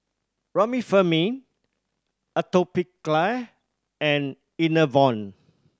Remifemin Atopiclair and Enervon